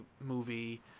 movie